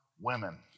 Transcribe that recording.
women